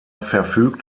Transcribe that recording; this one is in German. verfügt